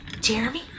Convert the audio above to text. Jeremy